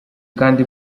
kandi